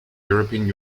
european